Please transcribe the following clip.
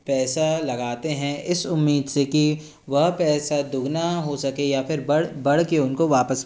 पैसा लगाते हैं इस उम्मीद से कि वह पैसा दुगना हो सके या फिर बढ़ बढ़ के उनको वापस